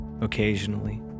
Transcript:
occasionally